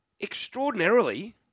extraordinarily